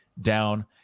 down